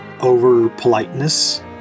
over-politeness